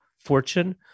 fortune